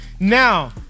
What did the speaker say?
Now